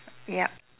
yup